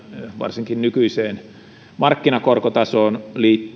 varsinkin nykyiseen markkinakorkotasoon